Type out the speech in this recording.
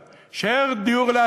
של דיור בר-השגה,